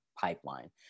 pipeline